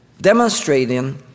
demonstrating